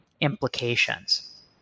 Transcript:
implications